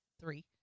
three